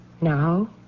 now